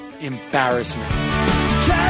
embarrassment